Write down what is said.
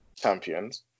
champions